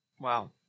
Wow